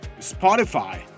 Spotify